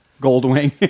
Goldwing